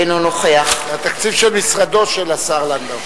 אינו נוכח זה התקציב של משרדו של השר לנדאו.